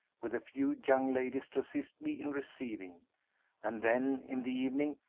with a few young ladies to assist me in receiving and then, in the evening,